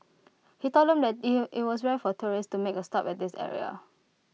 he told them that IT it was rare for tourists to make A stop at this area